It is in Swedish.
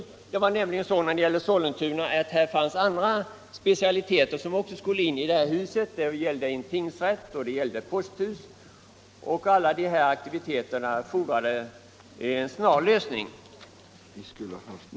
I det planerade polishuset i Sollentuna skulle nämligen även lokaler för andra aktiviteter inrymmas, bl.a. för tingsrätten och för postverket, och alla dessa verksamheters lokalbehov fordrade en snar lösning...